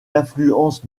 influences